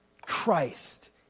Christ